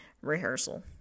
rehearsal